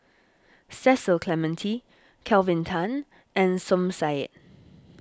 Cecil Clementi Kelvin Tan and Som Said